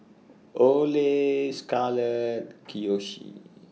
Ole Scarlett Kiyoshi